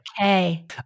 Okay